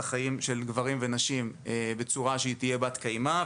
החיים של גברים ונשים בצורה שתהיה ברת קיימא,